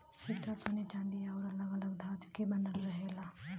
सिक्का सोने चांदी आउर अलग अलग धातु से बनल रहेला